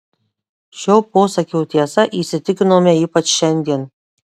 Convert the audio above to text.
šio posakio tiesa įsitikinome ypač šiandien